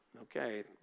okay